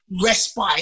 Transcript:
respite